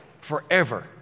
forever